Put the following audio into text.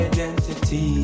Identity